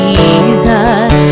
Jesus